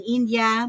India